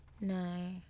No